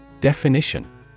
Definition